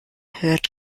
hört